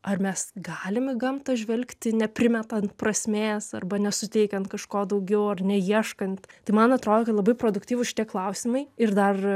ar mes galim į gamtą žvelgti neprimetant prasmės arba nesuteikiant kažko daugiau ar neieškant tai man atrodo kad labai produktyvūs šie klausimai ir dar